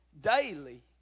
daily